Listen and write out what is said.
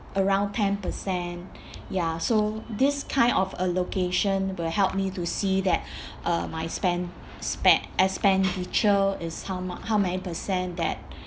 around ten percent ya so this kind of allocation will help me to see that uh my spend spe~ expenditure is how mu~ how many percent that